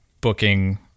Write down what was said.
booking